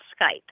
Skype